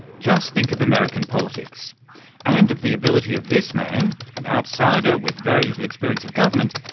just think of american politics and of the ability of this man, an outsider with very little experience of government,